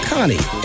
Connie